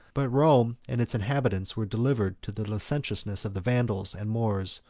but rome and its inhabitants were delivered to the licentiousness of the vandals and moors,